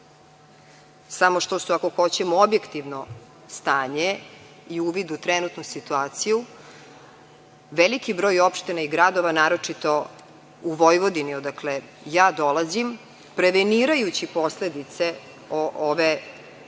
samo ako hoćemo objektivno stanje i uvid u trenutnu situaciju, veliki broj opština i gradova naročito u Vojvodini odakle dolazim, prevenirajući posledice ove intervencije